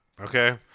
okay